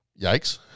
yikes